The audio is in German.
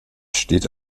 steht